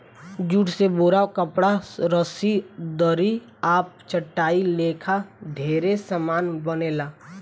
jute से बोरा, कपड़ा, रसरी, दरी आ चटाई लेखा ढेरे समान बनेला